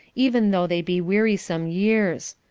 even though they be wearisome years.